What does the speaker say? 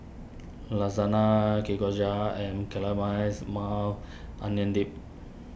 Lasagna and Maui Onion Dip